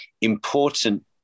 important